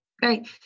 Great